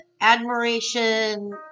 admiration